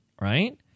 right